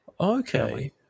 Okay